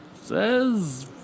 says